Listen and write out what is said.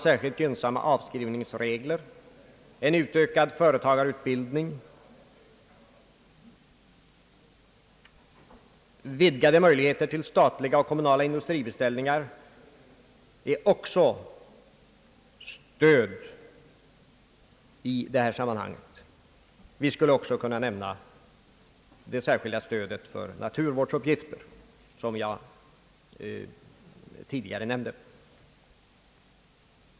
Särskilt gynnsamma <avskrivningsregler, en utökad företagarutbildning samt vidgade möjligheter till statliga och kommunala industribeställningar är också stöd i det här sammanhanget. Här skulle även kunna nämnas det särskilda stödet för naturvårdsuppgifter, som jag tidigare berört.